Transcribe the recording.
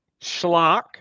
schlock